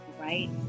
right